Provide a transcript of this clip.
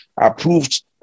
approved